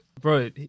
bro